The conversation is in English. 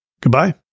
Goodbye